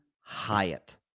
Hyatt